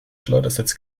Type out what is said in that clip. schleudersitz